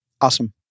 Awesome